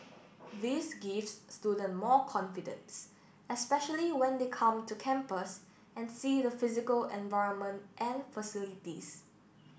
this gives student more confidence especially when they come to campus and see the physical environment and facilities